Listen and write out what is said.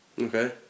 Okay